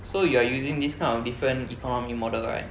so you are using this kind of different economy model right